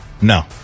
No